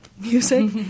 music